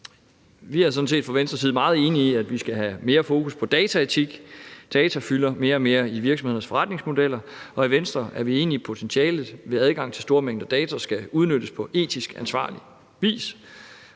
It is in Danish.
side meget enige i, at vi skal have mere fokus på dataetik; data fylder mere og mere i virksomhedernes forretningsmodeller, og i Venstre er vi enige i, at potentialet ved adgang til store mængder data skal udnyttes på etisk ansvarlig vis.